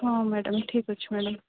ହଁ ମ୍ୟାଡ଼ାମ୍ ଠିକ୍ ଅଛି ମ୍ୟାଡ଼ାମ୍